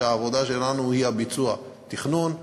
והעבודה שלנו היא הביצוע: תכנון,